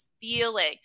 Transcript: feeling